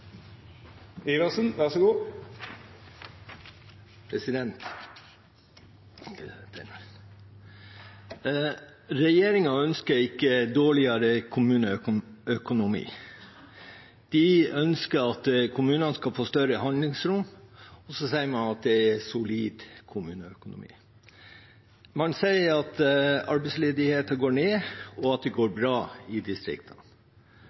ønsker ikke dårligere kommuneøkonomi, den ønsker at kommunene skal få større handlingsrom, og man sier det er solid kommuneøkonomi. Man sier at arbeidsledigheten går ned, og at det går bra i distriktene.